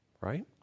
Right